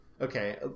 okay